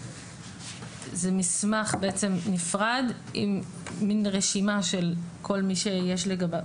זה מסמך נפרד עם רשימה של כל מי שיש לגביו